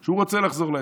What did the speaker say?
שהוא רוצה לחזור להסכם,